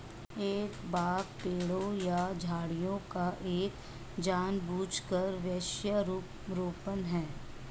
एक बाग पेड़ों या झाड़ियों का एक जानबूझकर वृक्षारोपण है